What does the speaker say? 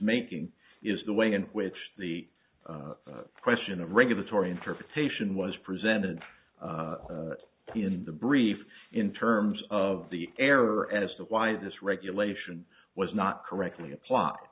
making is the way in which the question of regulatory interpretation was presented in the briefs in terms of the error as to why this regulation was not correctly a plot